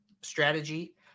strategy